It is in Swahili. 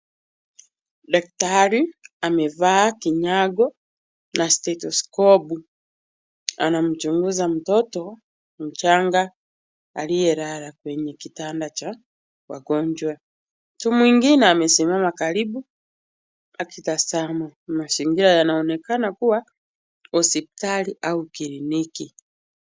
Daktari amevaa kinyago na stetuskopu. Anamchunguza mtoto mchanga aliyelala, kwenye kitanda cha wagonjwa. Mtu mwingine amesimama karibu akitazama. Mazingira yanaonekana kuwa hospitali au kliniki.